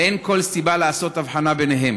ואין כל סיבה לעשות הבחנה ביניהם.